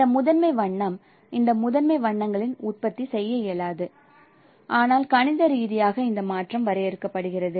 இந்த முதன்மை வண்ணம் இந்த முதன்மை வண்ணங்களை உற்பத்தி செய்ய இயலாது ஆனால் கணித ரீதியாக இந்த மாற்றம் வரையறுக்கப்படுகிறது